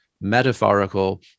metaphorical